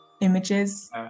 images